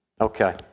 Okay